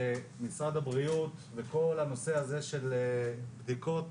שמשרד הבריאות וכל הנושא הזה של בדיקות